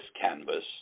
canvas